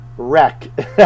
Wreck